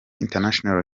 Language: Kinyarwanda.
international